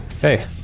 hey